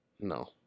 No